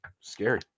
scary